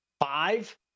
five